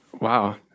Wow